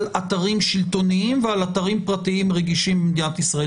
אתרים שלטוניים ועל אתרים פרטיים רגישים במדינת ישראל?